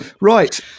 right